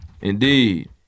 Indeed